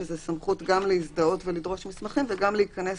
שזו סמכות גם להזדהות ולדרוש מסמכים וגם להיכנס